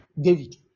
david